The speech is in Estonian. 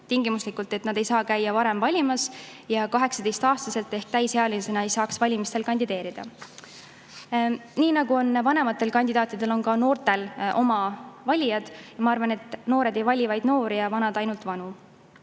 Tingimuslikult, et nad ei saa käia varem valimas ja ka 18-aastaselt ehk täisealisena ei saaks valimistel kandideerida? Nii nagu on vanematel kandidaatidel oma valijad, on ka noortel. Ma arvan, et noored ei vali vaid noori ja vanad ainult vanu.